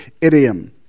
idiom